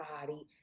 body